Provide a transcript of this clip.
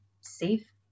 safe